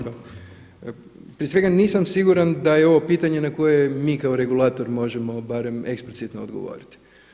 Prije svega nisam siguran da je ovo pitanje na koje mi kao regulator možemo barem eksplicitno odgovoriti.